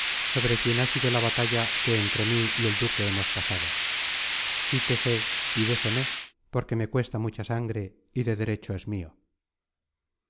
sobre quien ha sido la batalla que entre mí y el duque hemos pasado quítese y déseme porque me cuesta mucha sangre y de derecho es mio